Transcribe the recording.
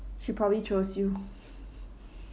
she probably chose you